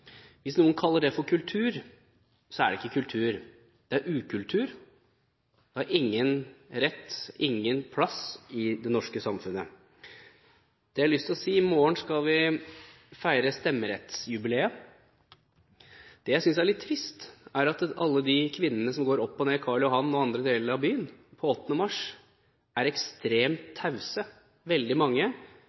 Hvis noen kaller det kultur, tar de feil. Det er det ikke kultur, det er ukultur. Det har ingen rett, og det har ingen plass i det norske samfunnet. Jeg har lyst til å si at i morgen skal vi feire stemmerettsjubileet, og jeg synes det er litt trist at av alle de kvinnene som går opp og ned på Karl Johan og i andre deler av byen 8. mars, er veldig mange ekstremt tause